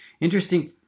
interesting